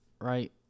right